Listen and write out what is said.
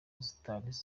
zitari